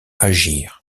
agir